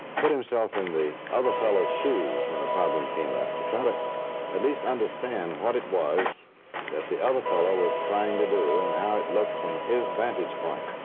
put himself in the other fellow's shoes when a problem came up to try to at least understand what it was that the other fellow was trying to do and how it looked from his vantage point.